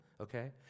okay